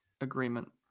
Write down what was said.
agreement